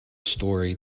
story